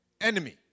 Enemy